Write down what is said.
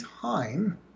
time